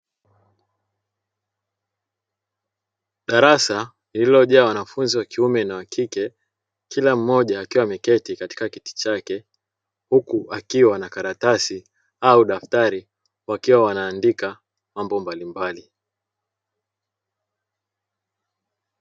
Darasa lililojaa wanafunzi wa kiume pamoja na wa kike, kila mmoja akiwa ameketi katika kiti chake, huku akiwa na karatasi au daftari, wakiwa wanaandika mambo mbalimbali.